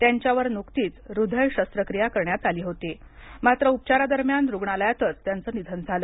त्यांच्यावर नुकतीच हृदय शस्त्रक्रिया करण्यात आली होती मात्र उपचारादरम्यान रुग्णालयातच त्यांचं निधन झालं